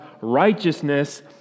righteousness